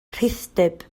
rhithdyb